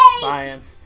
science